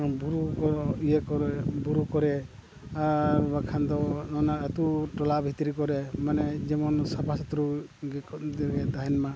ᱵᱩᱨᱩ ᱠᱚ ᱤᱭᱟᱹ ᱠᱚᱨᱮ ᱵᱩᱨᱩ ᱠᱚᱨᱮ ᱟᱨ ᱵᱟᱠᱷᱟᱱ ᱫᱚ ᱚᱱᱟ ᱟᱛᱳᱼᱴᱚᱞᱟ ᱵᱷᱤᱛᱨᱤ ᱠᱚᱨᱮ ᱢᱟᱱᱮ ᱡᱮᱢᱚᱱ ᱥᱟᱯᱷᱟᱼᱥᱩᱛᱨᱚ ᱜᱮ ᱛᱟᱦᱮᱱ ᱢᱟ